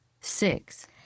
six